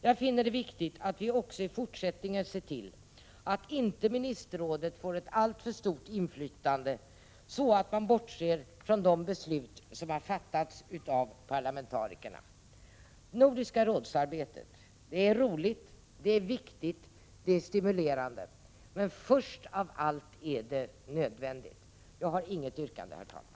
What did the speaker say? Jag finner det viktigt att vi också i fortsättningen ser till att ministerrådet inte får ett alltför stort inflytande så att man bortser från de beslut som har fattats av parlamentarikerna. Arbetet i Nordiska rådet är roligt, viktigt och stimulerande, men framför allt är det nödvändigt. Jag har inget yrkande, herr talman.